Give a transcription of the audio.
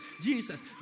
Jesus